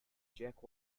jack